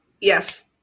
Yes